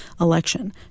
election